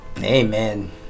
Amen